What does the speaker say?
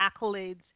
accolades